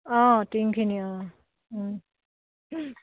অঁ টিংখিনি অঁ